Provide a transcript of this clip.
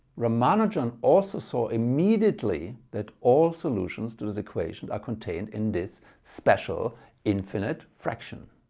ramanujan also saw immediately that all solutions to this equation are contained in this special infinite fraction.